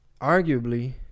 arguably